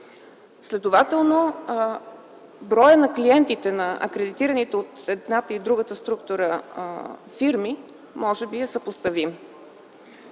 Следователно броят на клиентите на акредитираните от едната и другата структура фирми може би е съпоставим.